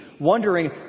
wondering